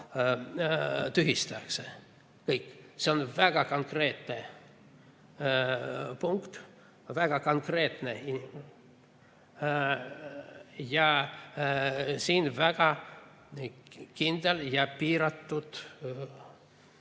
tühistatakse. Kõik. See on väga konkreetne punkt. Väga konkreetne! Ja siin jääb väga kindlalt piiratud